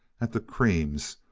at the creams,